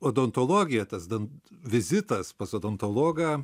odontologija tas dant vizitas pas odontologą